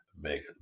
make